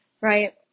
right